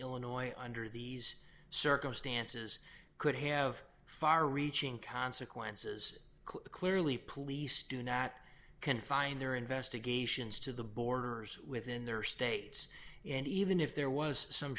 illinois under these circumstances could have far reaching consequences clearly police do nat confine their investigations to the borders within their states and even if there was some